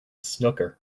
snooker